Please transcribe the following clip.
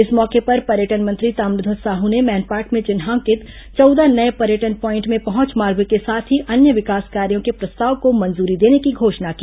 इस मौके पर पर्यटन मंत्री ताम्रध्वज साहू ने मैनपाट में चिन्हांकित चौदह नये पर्यटन प्वॉइंट में पहंच मार्ग के साथ ही अन्य विकास कार्यो के प्रस्ताव को मंजूरी देने की घोषणा की